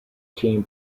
team